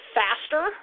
faster